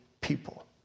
people